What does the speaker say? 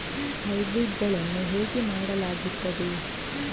Hybrid ಗಳನ್ನು ಹೇಗೆ ಮಾಡಲಾಗುತ್ತದೆ?